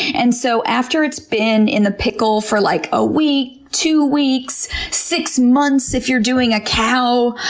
and so after it's been in the pickle for like a week, two weeks, six months if you're doing a cow,